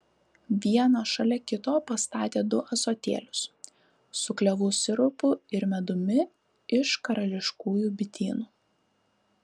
vieną šalia kito pastatė du ąsotėlius su klevų sirupu ir medumi iš karališkųjų bitynų